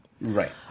Right